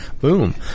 Boom